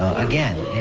again